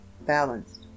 Balanced